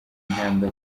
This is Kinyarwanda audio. intambwe